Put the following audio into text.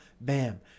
bam